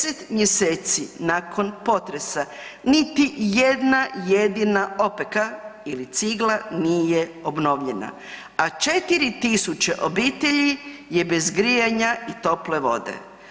10 mjeseci nakon potresa niti jedna jedina opeka ili cigla nije obnovljena, a 4.000 obitelji je bez grijanja i tople vode.